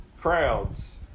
crowds